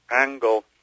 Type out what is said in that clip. angle